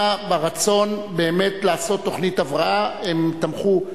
ברצון באמת לעשות תוכנית הבראה הם תמכו.